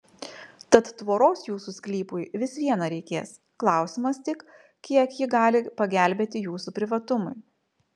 tad tvoros jūsų sklypui vis viena reikės klausimas tik kiek ji gali pagelbėti jūsų privatumui